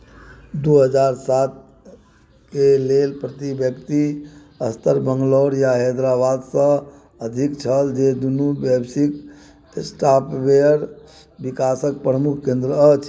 दू हजार सातके लेल प्रति व्यक्ति स्तर बैंगलोर या हैदराबादसँ अधिक छल जे दुनू वैश्विक सॉफ्टवेयर विकासके प्रमुख केन्द्र अछि